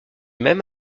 même